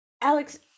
Alex